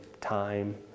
time